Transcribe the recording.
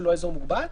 שהוא לא אזור מוגבל.